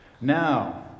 Now